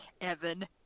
Evan